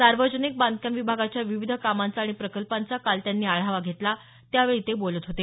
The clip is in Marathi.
सार्वजनिक बांधकाम विभागाच्या विविध कामांचा आणि प्रकल्पांचा काल त्यांनी आढावा घेतला त्यावेळी ते बोलत होते